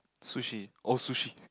sushi oh sushi